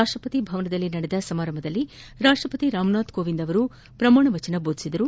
ರಾಷ್ಟಪತಿ ಭವನದಲ್ಲಿ ನಡೆದ ಸಮಾರಂಭದಲ್ಲಿ ರಾಷ್ಟವತಿ ರಾಮನಾಥ್ ಕೋವಿಂದ್ ಅವರು ಪ್ರಮಾಣ ವಚನ ಬೋಧಿಸಿದರು